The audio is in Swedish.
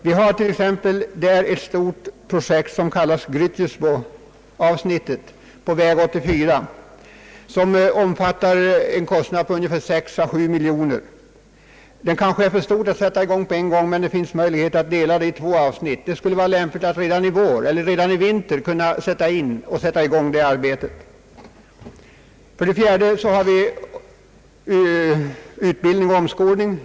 Vi har t.ex. ett stort projekt som kallas Gryttjesboavsnittet på väg 84 till en kostnad av 6 å 7 miljoner. Det är kanske för stort att tas på en gång, men arbetena kan möj ligen delas upp på två perioder. Det skulle vara lämpligt att redan i vinter sätta i gång här. För det fjärde har vi utbildning och omskolning.